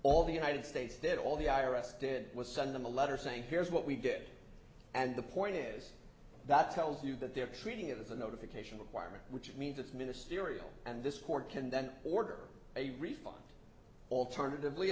all the united states did all the i r s did was send them a letter saying here's what we did and the point is that tells you that they're treating it as a notification requirement which means it's ministerial and this court can then order a refund alternatively